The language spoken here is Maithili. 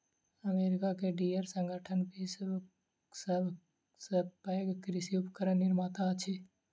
अमेरिका के डियर संगठन विश्वक सभ सॅ पैघ कृषि उपकरण निर्माता अछि